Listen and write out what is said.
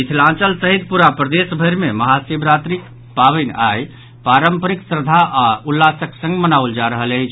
मिथिलांचल सहित पूरा प्रदेश भरि मे महाशिवरात्रिक पावनि आइ पारम्परिक श्रद्दा आओर उल्लास संग मनाओल जा रहल अछि